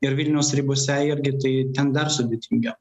ir vilniaus ribose irgi tai ten dar sudėtingiau